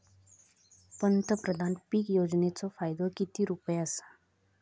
पंतप्रधान पीक योजनेचो फायदो किती रुपये आसा?